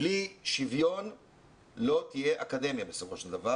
בלי שוויון לא תהיה אקדמיה בסופו של דבר